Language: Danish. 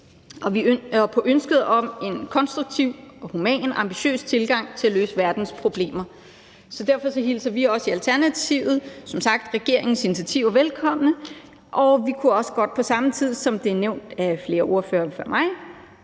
og på ønsket om en konstruktiv og human, ambitiøs tilgang til at løse verdens problemer. Derfor så hilser vi også Alternativet som sagt regeringens initiativer velkomne, og vi kunne også godt på samme tid, som det er nævnt af flere ordførere